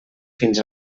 fins